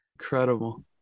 Incredible